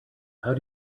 how